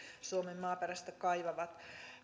suomen maaperästä kaivavat